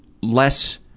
less